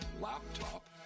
laptop